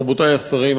רבותי השרים,